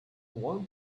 one